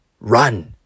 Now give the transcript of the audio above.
Run